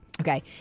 Okay